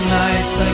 nights